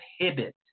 prohibit